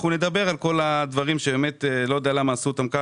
אנחנו נדבר על כל הדברים שאני לא יודע למה קבעו אותם כך.